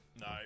no